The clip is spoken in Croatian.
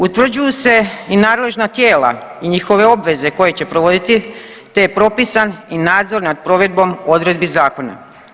Utvrđuju se i nadležna tijela i njihove obveze koje će provoditi te je propisan i nadzor nad provedbom odredbi zakona.